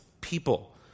people